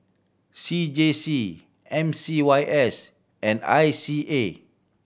C J C M C Y S and I C A